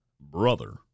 Brother